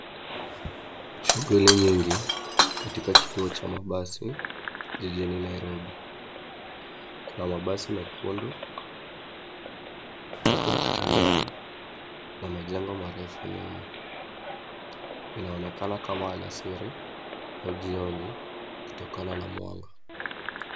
Shughuli nyingi katika kituo cha mabasi jijini Nairobi. Kuna mabasi mekundu watu wakitembea na majengo marefu nyuma, inaonekana kama alasiri au jioni kutokana na mwanga.